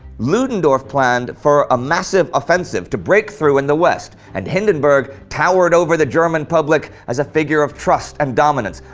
ludendorff planned for a massive offensive to break through in the west and hindenburg towered over the german public as a figure of trust and dominance,